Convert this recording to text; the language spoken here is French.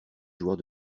joueur